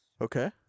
Okay